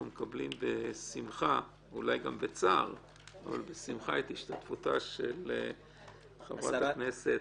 אנחנו מקבלים בשמחה ואולי גם בצער את השתתפותה של חברת הכנסת,